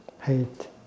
Hate